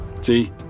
See